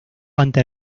ante